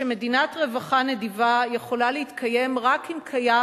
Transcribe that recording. שמדינת רווחה נדיבה יכולה להתקיים רק אם קיים